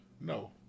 No